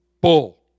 Bull